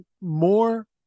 more